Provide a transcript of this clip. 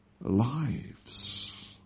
lives